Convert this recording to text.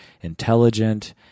intelligent